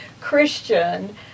Christian